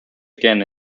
again